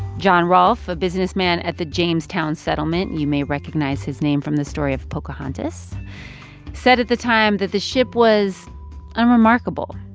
john rolfe, a businessman at the jamestown settlement you may recognize his name from the story of pocahontas said at the time that the ship was unremarkable,